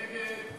ועכשיו,